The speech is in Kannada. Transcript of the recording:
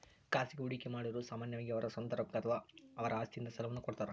ಖಾಸಗಿ ಹೂಡಿಕೆಮಾಡಿರು ಸಾಮಾನ್ಯವಾಗಿ ಅವರ ಸ್ವಂತ ರೊಕ್ಕ ಅಥವಾ ಅವರ ಆಸ್ತಿಯಿಂದ ಸಾಲವನ್ನು ಕೊಡುತ್ತಾರ